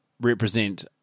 represent